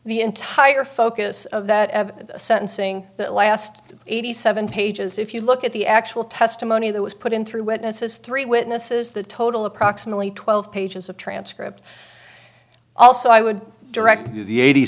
the entire focus of that sentencing the last eighty seven pages if you look at the actual testimony that was put in three witnesses three witnesses the total approximately twelve pages of transcript also i would direct the eighty